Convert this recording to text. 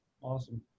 awesome